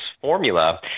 formula